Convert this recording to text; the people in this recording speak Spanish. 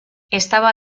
estaba